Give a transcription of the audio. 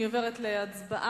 אני עוברת להצבעה.